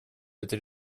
это